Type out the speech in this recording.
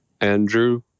Andrew